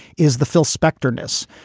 is the phil spector ness.